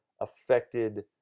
affected